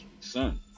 son